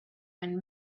and